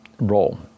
role